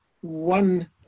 one